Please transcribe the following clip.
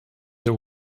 der